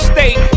State